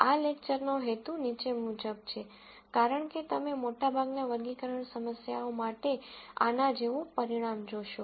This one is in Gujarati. આ લેકચરનો હેતુ નીચે મુજબ છે કારણ કે તમે મોટાભાગના વર્ગીકરણ સમસ્યાઓ માટે આના જેવું પરિણામ જોશો